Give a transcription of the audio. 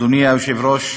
אדוני היושב-ראש,